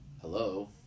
hello